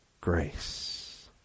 grace